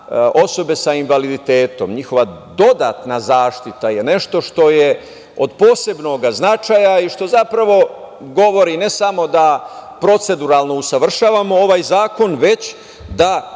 osobe sa invaliditetom, njihova dodatna zaštita je nešto što je od posebnog značaja i što zapravo govori ne samo da proceduralno usavršavamo ovaj zakon, već kao